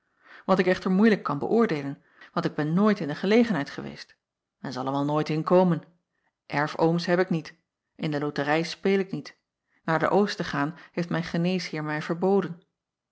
wat ik echter moeilijk kan beöordeelen want ik ben nooit in de gelegenheid geweest en zal er wel nooit in komen erf ooms heb ik niet in de loterij speel ik niet naar de ost te gaan heeft mijn geneesheer mij verboden